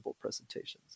presentations